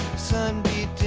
sun beat